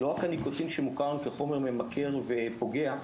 לא רק הניקוטין שמוכר כחומר ממכר ופוגע,